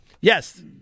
yes